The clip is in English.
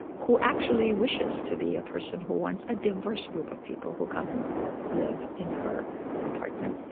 who actually wishes to be a person who wants a diverse group of people who come and live in her apartment.